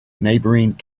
neighbouring